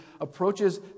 approaches